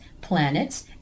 planets